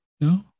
No